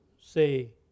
say